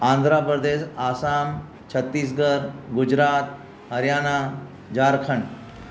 Andhra Pradesh Assam Chhattisgarh Gujarat Haryana Jharkhand